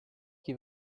qui